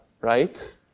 right